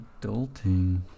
Adulting